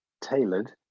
tailored